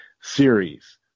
series